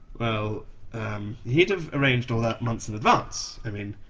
well he'd have arranged all that months in advance, i mean,